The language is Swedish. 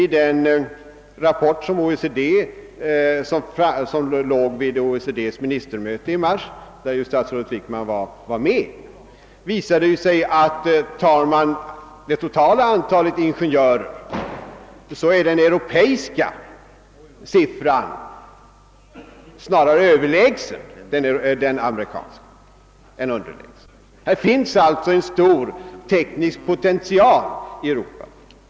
Den rapport som förelåg vid OECD :s ministermöte i mars, där ju statsrådet Wickman var med, visar att om man tar det totala antalet ingenjörer är den europeiska siffran snarare Överlägsen den amerikanska än underlägsen den. Här finns alltså en stor teknisk potential i Europa.